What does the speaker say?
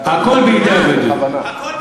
הכול בידי הבדואים.